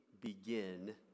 begin